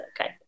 Okay